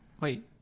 wait